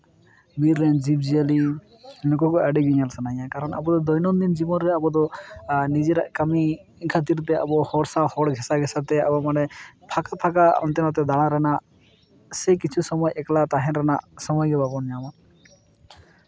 ᱵᱤᱨ ᱨᱮᱱ ᱡᱤᱵᱽᱼᱡᱤᱭᱟᱹᱞᱤ ᱱᱩᱠᱩ ᱠᱚ ᱟᱹᱰᱤ ᱧᱮᱧᱮᱞ ᱥᱟᱱᱟᱧᱟ ᱠᱟᱨᱚᱱ ᱟᱵᱚ ᱫᱚ ᱫᱳᱭᱱᱳᱱᱫᱤᱱ ᱡᱤᱵᱚᱱ ᱨᱮ ᱟᱵᱚ ᱫᱚ ᱱᱤᱡᱮᱨᱟᱜ ᱠᱟᱹᱢᱤ ᱠᱷᱟᱹᱛᱤᱨ ᱛᱮ ᱟᱵᱚ ᱦᱚᱲ ᱥᱟᱶ ᱦᱚᱲ ᱜᱷᱮᱥᱟᱼᱜᱷᱮᱥᱟ ᱛᱮ ᱟᱵᱚ ᱢᱟᱱᱮ ᱯᱷᱟᱸᱠᱟ ᱯᱷᱟᱸᱠᱟ ᱚᱱᱛᱮ ᱱᱚᱛᱮ ᱫᱟᱬᱟ ᱨᱮᱱᱟᱜ ᱥᱮ ᱠᱤᱪᱷᱩ ᱥᱚᱢᱚᱭ ᱮᱠᱞᱟ ᱛᱟᱦᱮᱱ ᱨᱮᱱᱟᱜ ᱥᱚᱢᱚᱭ ᱜᱮ ᱵᱟᱵᱚᱱ ᱧᱟᱢᱟ